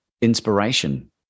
inspiration